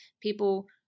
people